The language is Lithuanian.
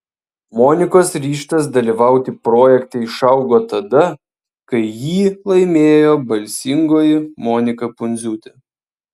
monikos ryžtas dalyvauti projekte išaugo tada kai jį laimėjo balsingoji monika pundziūtė